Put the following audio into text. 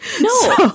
No